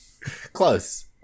Close